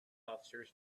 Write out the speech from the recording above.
officers